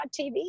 tv